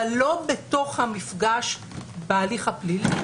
אבל לא בתוך המפגש בהליך הפלילי,